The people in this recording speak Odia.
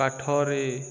କାଠରେ